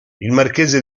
marchese